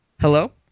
Hello